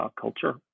culture